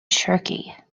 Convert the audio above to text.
turkey